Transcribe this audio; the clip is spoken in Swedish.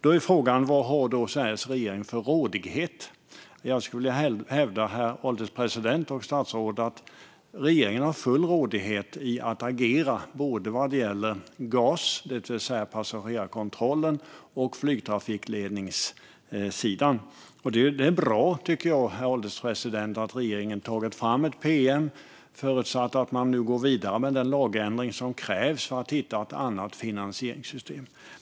Då är frågan: Vad har Sveriges regering för rådighet? Jag skulle vilja hävda, herr ålderspresident och statsrådet, att regeringen har full rådighet att agera vad gäller både GAS, det vill säga passagerarkontrollen, och flygtrafikledningen. Det är bra, tycker jag, herr ålderspresident, att regeringen tagit fram ett pm, förutsatt att man nu går vidare med den lagändring som krävs för att hitta ett annat finansieringssystem.